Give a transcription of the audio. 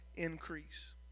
increase